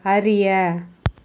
அறிய